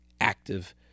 active